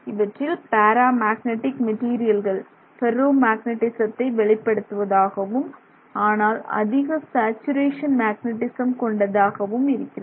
இவற்றில் paramagnetic material ஃபெர்ரோ மேக்னெட்டிசத்தை வெளிப்படுத்துவதாகவும் ஆனால் அதிக சேச்சுரேஷன் மேக்னெட்டிசம் கொண்டதாகவும் இருக்கிறது